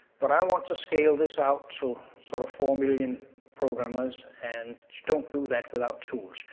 but i want to scale this out to sort of four million programmers and you don't do that without tools.